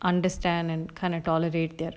understand and kind of tolerate that